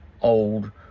old